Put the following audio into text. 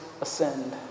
ascend